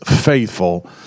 faithful